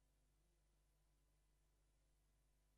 מקומות